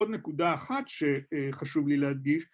‫עוד נקודה אחת שחשוב לי להדגיש,